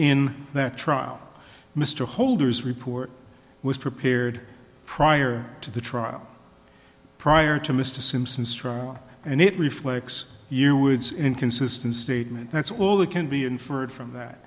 in that trial mr holder's report was prepared prior to the trial prior to mr simpson's trial and it reflects you woods inconsistent statement that's all that can be inferred from that